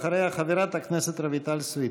אחריה, חברת הכנסת רויטל סויד.